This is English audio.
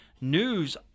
news